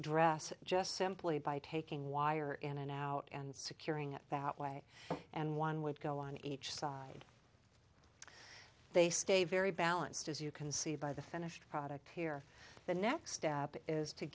dresser just simply by taking wire in and out and securing it that way and one would go on each side they stay very balanced as you can see by the finished product here the next step is to